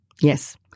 Yes